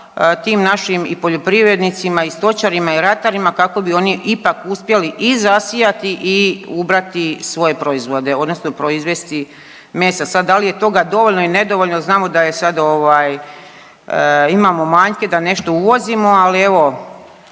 tim našim i poljoprivrednicima i stočarima i ratarima kako bi oni ipak uspjeli i zasijati i ubrati svoje proizvode odnosno proizvesti mesa. Sad da li je toga dovoljno ili nedovoljno, znamo da je sad ovaj, imamo manjke, da nešto uvozimo, ali evo,